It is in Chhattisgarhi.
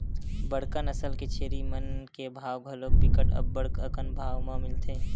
बड़का नसल के छेरी मन के भाव घलोक बिकट अब्बड़ अकन भाव म मिलथे